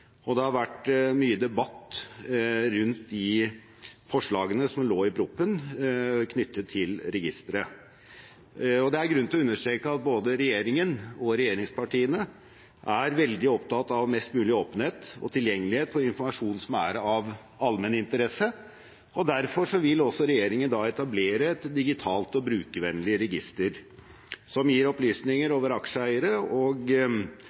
og det har vært mye debatt rundt de forslagene som lå i proposisjonen, knyttet til registeret. Det er grunn til å understreke at både regjeringen og regjeringspartiene er veldig opptatt av mest mulig åpenhet rundt og tilgjengelighet til informasjon som er av allmenn interesse. Derfor vil regjeringen etablere et digitalt og brukervennlig register, som gir opplysninger